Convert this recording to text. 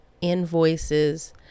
invoices